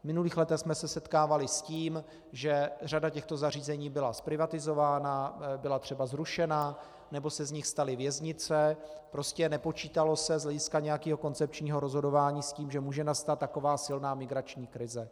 V minulých letech jsme se setkávali s tím, že řada těchto zařízení byla zprivatizována, byla třeba zrušena nebo se z nich staly věznice, prostě nepočítalo se z hlediska nějakého koncepčního rozhodování s tím, že může nastat taková silná migrační krize.